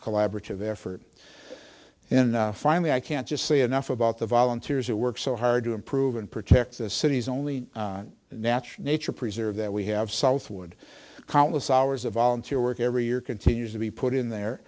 collaborative effort in finally i can't just say enough about the volunteers who work so hard to improve and protect the city's only nach nature preserve that we have southward countless hours of volunteer work every year continues to be put in there